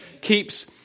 keeps